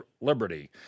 liberty